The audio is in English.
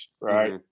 right